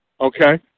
okay